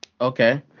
Okay